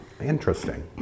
Interesting